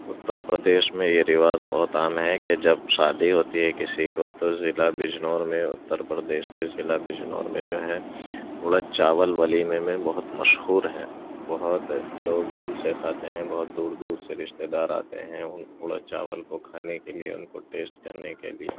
اُترپردیش میں یہ رواج بہت عام ہے کہ جب شادی ہوتی ہے کسی کو تو ضلع بجنور میں اُترپردیش کے ضلع بجنور میں جو ہے اُڑد چاول ولیمے میں بہت مشہور ہے بہت لوگ دِل سے کھاتے ہیں بہت دور دور سے رشتہ دار آتے ہیں اڑد چاول کو کھانے کے لیے اُن کو ٹیسٹ کرنے کے لیے